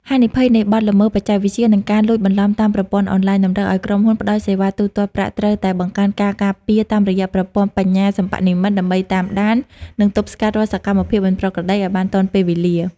ហានិភ័យនៃបទល្មើសបច្ចេកវិទ្យា និងការលួចបន្លំតាមប្រព័ន្ធអនឡាញ តម្រូវឱ្យក្រុមហ៊ុនផ្ដល់សេវាទូទាត់ប្រាក់ត្រូវតែបង្កើនការការពារតាមរយៈប្រព័ន្ធបញ្ញាសិប្បនិម្មិតដើម្បីតាមដាន និងទប់ស្កាត់រាល់សកម្មភាពមិនប្រក្រតីឱ្យបានទាន់ពេលវេលា។